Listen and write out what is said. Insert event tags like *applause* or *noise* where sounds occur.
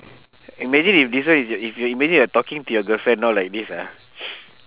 imagine if this one is your if you imagine you're talking to your girlfriend now like this ah *noise*